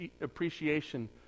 appreciation